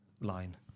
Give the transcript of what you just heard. line